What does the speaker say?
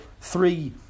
three